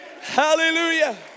Hallelujah